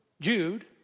Jude